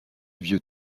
vieux